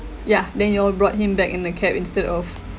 yeah then you all brought him back in the cab instead of